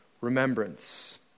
remembrance